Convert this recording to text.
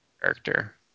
character